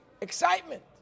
excitement